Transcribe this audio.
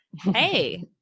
Hey